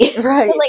Right